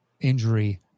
injury